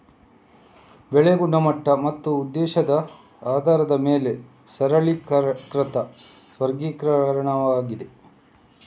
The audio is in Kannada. ಬೆಳೆ ಗುಣಮಟ್ಟ ಮತ್ತು ಉದ್ದೇಶದ ಆಧಾರದ ಮೇಲೆ ಸರಳೀಕೃತ ವರ್ಗೀಕರಣವಾಗಿದೆ